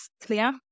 clear